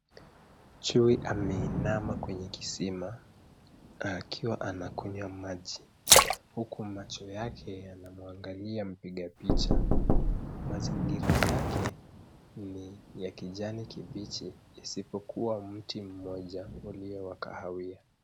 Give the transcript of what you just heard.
Chui ameinama kwenye kisima akiwa anakunywa maji huku macho yake yanamwangalia mpiga picha. Mazingira yake ni ya kijani kibichi isipokuwa mti mmoja ulio wa kahawia.